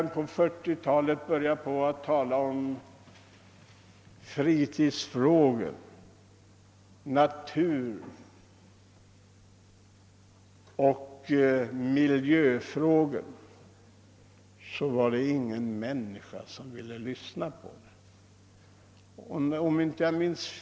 När jag började tala om fritids-, naturoch miljöfrågor på 1940-talet var det nära nog ingen som lyssnade.